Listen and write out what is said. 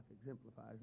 exemplifies